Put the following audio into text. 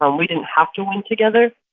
um we didn't have to win together.